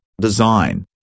design